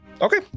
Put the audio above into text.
Okay